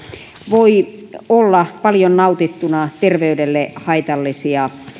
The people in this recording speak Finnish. voi olla paljon nautittuna terveydelle haitallisia